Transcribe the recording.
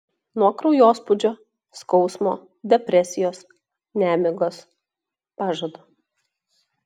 nuo kraujospūdžio skausmo depresijos nemigos pažadu